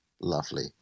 Lovely